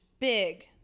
big